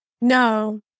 No